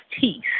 teeth